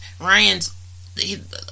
Ryan's